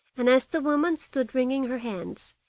and as the woman stood wringing her hands,